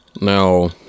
Now